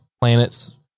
planets